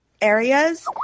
areas